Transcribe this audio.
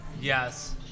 yes